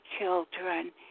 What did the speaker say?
children